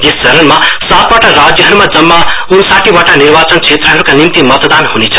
यस चरणमा सातवटा राज्यहरूमा जम्मा उनसाठीवटा निर्वाचन क्षेत्रहरूका निम्ति मतदान हुनेछ